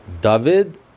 David